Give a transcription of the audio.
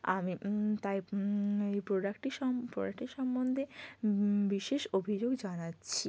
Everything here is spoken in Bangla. আমি তাই এই প্রোডাক্টটি প্রোডাক্টি সম্বন্ধে বিশেষ অভিযোগ জানাচ্ছি